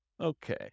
Okay